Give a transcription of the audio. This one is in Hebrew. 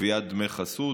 גביית דמי חסות,